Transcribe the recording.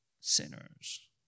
sinners